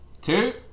Two